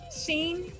scene